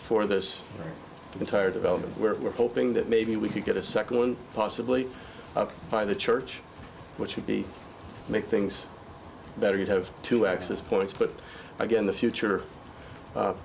for this entire development where we're hoping that maybe we could get a second one possibly by the church which would be make things better you have to access points but again the future